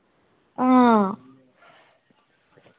आं